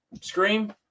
Scream